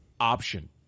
option